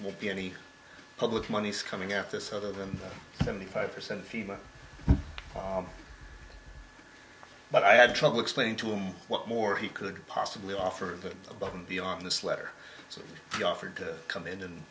would be any public monies coming at this other than seventy five percent fewer but i had trouble explaining to him what more he could possibly offer but above and beyond this letter so he offered to come in and